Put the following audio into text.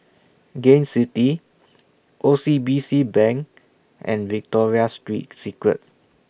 Gain City O C B C Bank and Victoria Street Secret